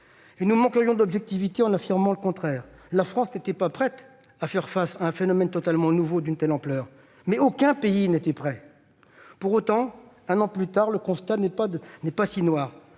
et nous manquerions d'objectivité en affirmant le contraire, la France n'était pas prête à faire face à un phénomène totalement nouveau et d'une telle ampleur. Aucun pays ne l'était ! Pour autant, un an plus tard, le constat n'est pas aussi noir